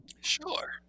sure